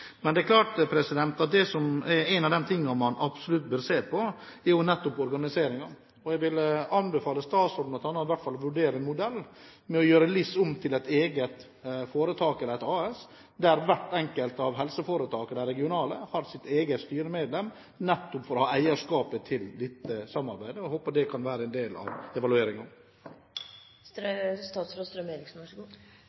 En av de tingene man absolutt bør se på, er nettopp organiseringen. Jeg vil i hvert fall anbefale statsråden bl.a. å vurdere en modell som gjør LIS om til et eget foretak eller et AS, der hvert enkelt av helseforetakene – de regionale – har sitt eget styremedlem, nettopp for å ha eierskap til dette samarbeidet, og håper dette kan være en del av